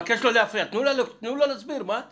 את אומרת